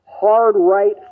hard-right